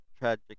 tragic